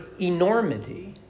enormity